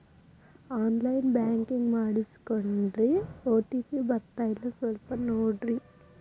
on line banking ಮಾಡಿಸ್ಕೊಂಡೇನ್ರಿ OTP ಬರ್ತಾಯಿಲ್ಲ ಸ್ವಲ್ಪ ನೋಡ್ರಿ